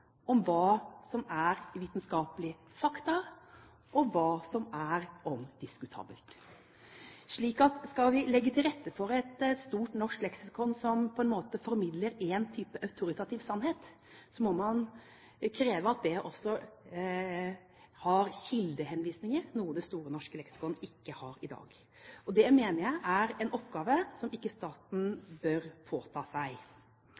om hva som er vitenskapelige fakta, og hva som er diskutabelt. Skal vi legge til rette for et stort norsk leksikon som formidler én type autoritativ sannhet, må man kreve at det også har kildehenvisninger, noe Store norske leksikon ikke har i dag. Det mener jeg er en oppgave som ikke staten bør påta seg.